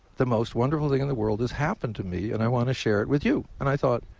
the most wonderful thing in the world has happened to me, and i want to share it with you. and i thought,